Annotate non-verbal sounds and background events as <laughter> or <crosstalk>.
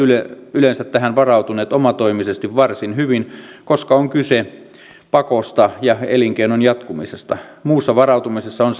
yleensä tähän varautuneet omatoimisesti varsin hyvin koska on kyse pakosta ja elinkeinon jatkumisesta muussa varautumisessa on <unintelligible>